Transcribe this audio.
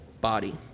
body